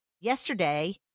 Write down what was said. Yesterday